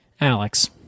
Alex